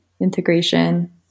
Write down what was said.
integration